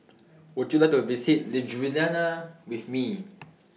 Would YOU like to visit Ljubljana with Me